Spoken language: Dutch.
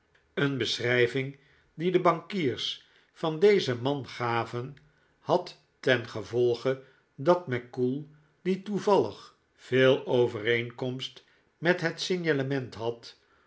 een beschrijving die de bankiers van dezen man gaven had ten gevolge dat mackoull die toevallig veel overeenkomst met dat signalement had